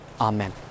Amen